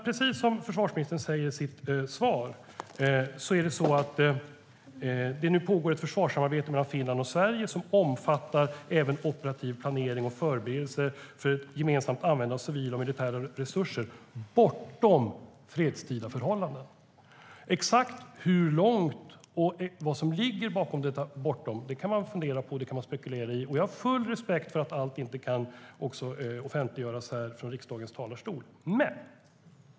Precis som försvarsministern säger i sitt svar pågår nu ett försvarssamarbete mellan Finland och Sverige som omfattar även operativ planering och förberedelser för ett gemensamt användande av civila och militära resurser bortom fredstida förhållanden. Exakt hur långt och vad som ligger bakom detta "bortom" kan man fundera på och spekulera i. Jag har full respekt för att allt inte kan offentliggöras härifrån riksdagens talarstol.